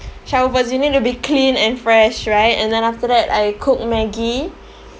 shower first you need to be clean and fresh right and then after that I cook Maggi